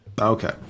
Okay